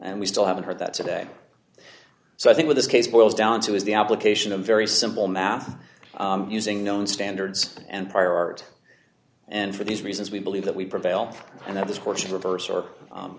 and we still haven't heard that today so i think with this case boils down to is the application of very simple math using known standards and prior art and for these reasons we believe that we prevail and that this fortune reversed or